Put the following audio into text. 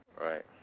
Right